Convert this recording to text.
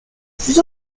plus